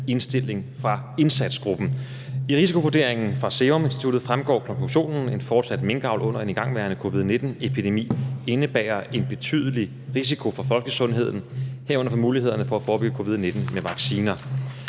indstilling fra indsatsgruppen. I risikovurderingen fra Seruminstituttet fremgår det af konklusionen, at en fortsat minkavl under en igangværende covid-19-epidemi indebærer en betydelig risiko for folkesundheden, herunder for mulighederne for at forebygge covid-19 med vacciner.